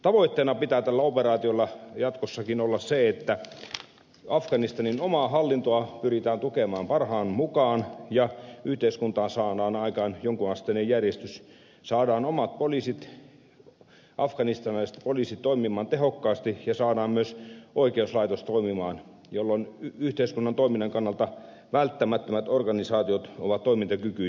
tavoitteena pitää tällä operaatiolla jatkossakin olla se että afganistanin omaa hallintoa pyritään tukemaan parhaan mukaan ja yhteiskuntaan saadaan aikaan jonkinasteinen järjestys saadaan omat afganistanilaiset poliisit toimimaan tehokkaasti ja saadaan myös oikeuslaitos toimimaan jolloin yhteiskunnan toiminnan kannalta välttämättömät organisaatiot ovat toimintakykyisiä